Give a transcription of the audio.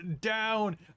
down